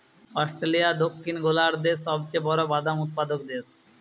Australia দক্ষিণ গোলার্ধের সবচেয়ে বড় বাদাম উৎপাদক দেশ